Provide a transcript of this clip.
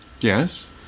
Yes